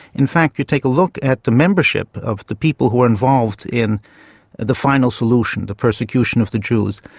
in fact if you take a look at the membership of the people who were involved in the final solution, the persecution of the jews,